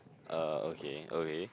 uh okay okay